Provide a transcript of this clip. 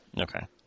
Okay